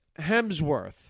Hemsworth